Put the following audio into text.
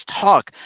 talk